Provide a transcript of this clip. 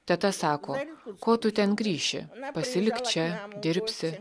teta sako ko tu ten grįši pasilik čia dirbsi